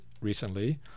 recently